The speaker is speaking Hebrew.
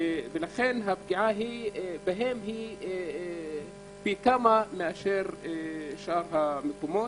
לכן הפגיעה בהם היא פי כמה מאשר שאר המקומות.